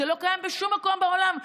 זה לא קיים בשום מקום בעולם,